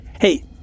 Hey